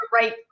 right